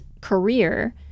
career